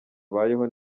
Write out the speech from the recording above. abayeho